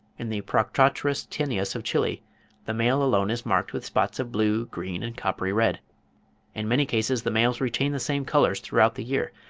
in the proctotretus tenuis of chile the male alone is marked with spots of blue, green, and coppery-red. in many cases the males retain the same colours throughout the year,